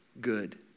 good